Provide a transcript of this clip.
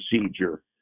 procedure